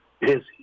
busy